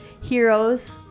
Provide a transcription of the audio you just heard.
heroes